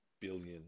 billion